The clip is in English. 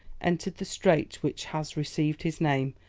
entered the strait which has received his name,